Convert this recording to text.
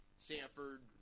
Sanford